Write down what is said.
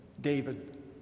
David